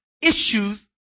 issues